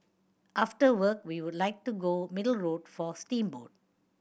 after work we would like to go Middle Road for steamboat